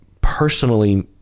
personally